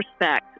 respect